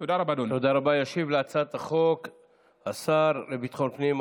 שנסכים עליו כמועמד,